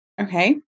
Okay